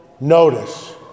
notice